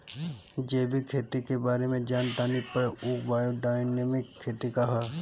जैविक खेती के बारे जान तानी पर उ बायोडायनमिक खेती का ह?